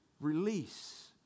release